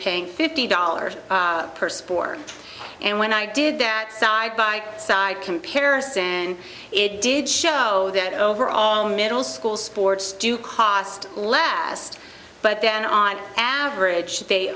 paying fifty dollars per spore and when i did that side by side comparison it did show that overall middle school sports do cost last but then on average they